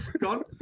Gone